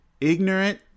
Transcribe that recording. ignorant